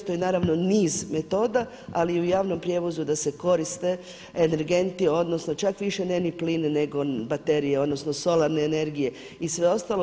To je naravno niz metoda, ali i u javnom prijevozu da se koriste energenti, odnosno čak više ne ni plin nego baterije, odnosno solarne energije i sve ostalo.